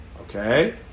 Okay